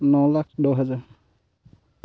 ন লাখ দহ হেজাৰ